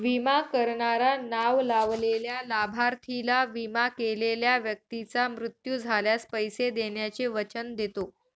विमा करणारा नाव लावलेल्या लाभार्थीला, विमा केलेल्या व्यक्तीचा मृत्यू झाल्यास, पैसे देण्याचे वचन देतो